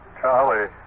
Charlie